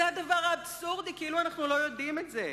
זה הדבר האבסורדי, כאילו אנחנו לא יודעים את זה.